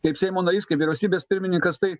kaip seimo narys kaip vyriausybės pirmininkas tai